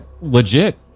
legit